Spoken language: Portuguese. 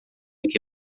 que